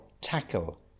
tackle